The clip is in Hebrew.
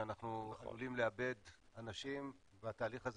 שאנחנו עלולים לאבד אנשים בתהליך הזה